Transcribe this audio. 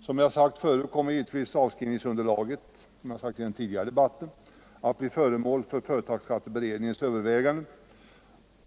Som jag sagt redan tidigare här i dag kommer givetvis avskrivningsunderlaget att blir föremål för företagsskatteberedningens överväganden,